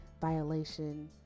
violation